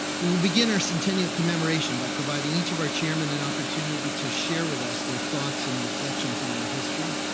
we will begin our centennial commemoration by providing each of our chairmen an opportunity to share with us their thoughts and reflections on our history,